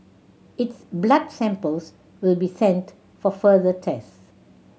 its blood samples will be sent for further tests